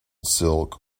silk